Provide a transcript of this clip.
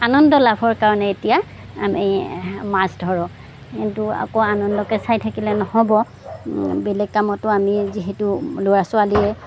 আনন্দ লাভৰ কাৰণে এতিয়া আমি মাছ ধৰোঁ কিন্তু আকৌ আনন্দকে চাই থাকিলে নহ'ব বেলেগ কামতো আমি যিহেতু ল'ৰা ছোৱালীয়ে